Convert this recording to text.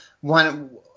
one